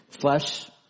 Flesh